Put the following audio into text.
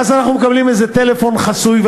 ואז אנחנו מקבלים שיחה מאיזה טלפון חסוי,